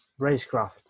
racecraft